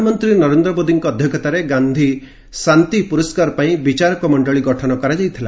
ପ୍ରଧାନମନ୍ତ୍ରୀ ନରେନ୍ଦ୍ର ମୋଦିଙ୍କ ଅଧ୍ୟକ୍ଷତାରେ ଗାନ୍ଧି ଶାନ୍ତି ପୁରସ୍କାର ପାଇଁ ବିଚାରକ ମଣ୍ଡଳୀ ଗଠନ କରାଯାଇଥିଲା